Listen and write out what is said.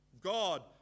God